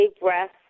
breath